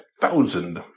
thousand